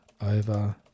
over